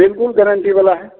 बिल्कुल ग्रंटी वाला है